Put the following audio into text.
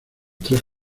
tres